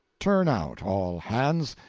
turn out, all hands!